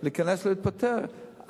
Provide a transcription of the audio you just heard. אין שום סיבה להיכנס להתפטרות.